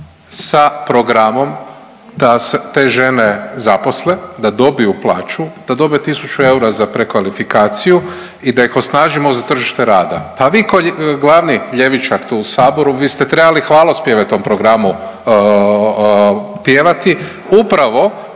sa programom da se te žene zaposle, da dobiju plaću, da dobe 1000 eura za prekvalifikaciju i da ih osnažimo za tržište rada. Pa vi ko glavni ljevičar tu u saboru vi ste trebali hvalospjeve tom programu pjevati upravo,